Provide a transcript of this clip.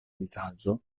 vizaĝo